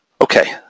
Okay